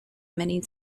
many